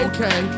Okay